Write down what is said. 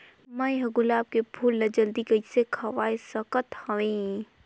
मैं ह गुलाब के फूल ला जल्दी कइसे खवाय सकथ हवे?